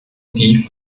die